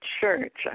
church